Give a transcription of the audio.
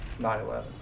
9-11